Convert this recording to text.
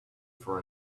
for